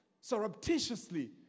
surreptitiously